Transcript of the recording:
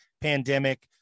pandemic